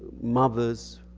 mothers,